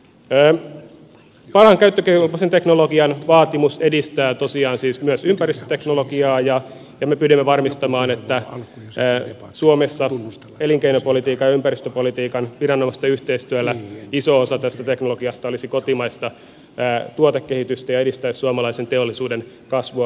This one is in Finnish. parhaan käyttökelpoisen teknologian vaatimus edistää tosiaan myös ympäristöteknologiaa ja elinkeinopolitiikan ja ympäristöpolitiikan viranomaisten yhteistyöllä me pyrimme varmistamaan että suomessa iso osa tästä teknologiasta olisi kotimaista tuotekehitystä ja edistäisi suomalaisen teollisuuden kasvua cleantech aloilla